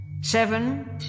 Seven